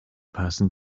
person